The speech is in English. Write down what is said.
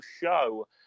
Show